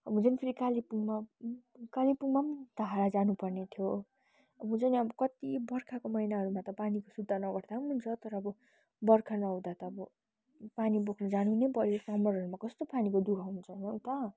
अब झन् फ्री कालिम्पोङमा कालिम्पोङमा पनि धारा जानु पर्ने थियो अब हुन्छ नि अब कति वर्खाको महिनाहरूमा ता पानीको सुर्ता नगर्दा पनि हुन्छ तर अब बर्खा नहुँदा त अब पानी बोक्नु जानु नै पर्यो समरहरूमा कस्तो पानीको दुखः हुन्छ नि अन्त